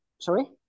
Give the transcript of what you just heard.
sorry